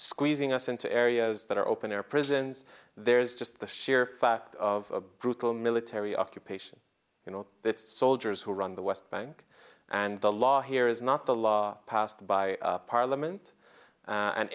squeezing us into areas that are open air prisons there is just the sheer fact of brutal military occupation you know it's soldiers who run the west bank and the law here is not the law passed by parliament a